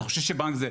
אתה חושב שבנק זה,